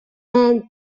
and